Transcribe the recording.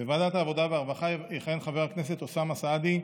בוועדת העבודה והרווחה יכהן חבר הכנסת אוסאמה סעדי,